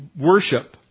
worship